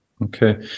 okay